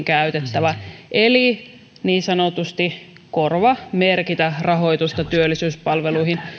käytettävä eli niin sanotusti korvamerkitä rahoitusta työllisyyspalveluihin